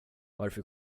varför